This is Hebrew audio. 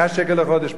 100 שקל לחודש,